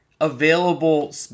available